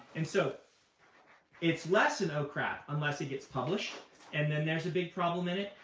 and so it's less an oh, crap, unless it gets published and then there's a big problem in it.